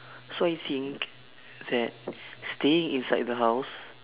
so I think that staying inside the house